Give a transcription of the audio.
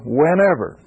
whenever